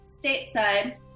stateside